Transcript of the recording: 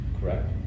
Correct